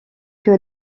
que